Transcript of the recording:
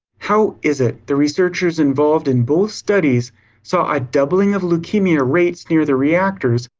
how is it, the researchers involved in both studies saw a doubling of leukemia rates near the reactors,